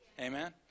Amen